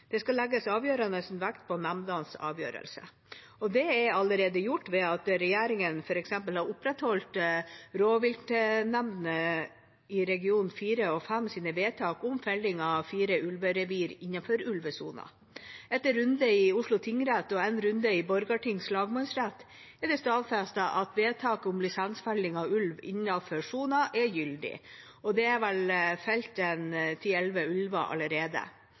Det skal legges avgjørende vekt på nemndenes avgjørelse. Det er allerede gjort ved at regjeringen f.eks. har opprettholdt vedtakene til rovviltnemndene i region 4 og 5 om felling av fire ulverevir innenfor ulvesona. Etter en runde i Oslo tingrett og en runde i Borgarting lagmannsrett er det stadfestet at vedtaket om lisensfelling av ulv innenfor sona er gyldig, og det er vel felt